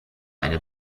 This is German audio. eine